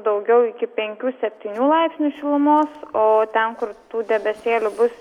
daugiau iki penkių septynių laipsnių šilumos o ten kur tų debesėlių bus